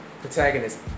protagonist